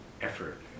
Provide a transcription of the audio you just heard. effort